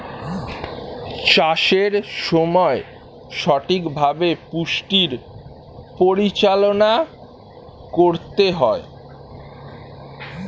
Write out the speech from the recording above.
চাষের সময় সঠিকভাবে পুষ্টির পরিচালনা করতে হয়